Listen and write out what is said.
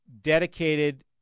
dedicated